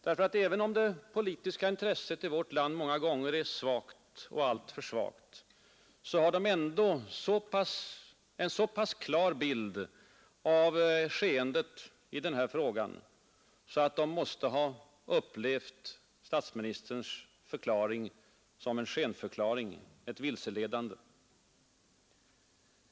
Jo, även om det politiska intresset i vårt land många gånger är alltför svagt har de ändå en så klar bild av skeendet i denna fråga att de måste ha upplevt statsministerns förklaring som en skenförklaring, ett vilseledande.